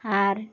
আর